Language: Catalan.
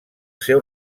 seu